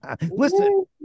Listen